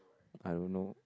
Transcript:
I don't know